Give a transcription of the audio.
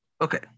Okay